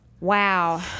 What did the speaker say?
wow